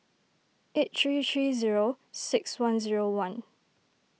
eight three three zero six one zero one